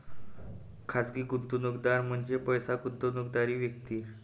खाजगी गुंतवणूकदार म्हणजे पैसे गुंतवणारी व्यक्ती